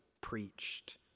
preached